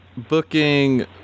Booking